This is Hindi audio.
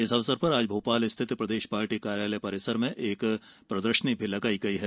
इस अवसर पर आज भोपाल स्थित प्रदेश पार्टी कार्यालय परिसर में एक प्रदर्शनी लगाई गई है